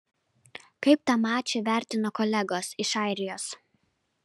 kaip tą mačą vertino kolegos iš airijos